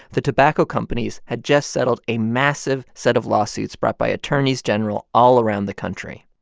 the tobacco companies had just settled a massive set of lawsuits brought by attorneys general all around the country.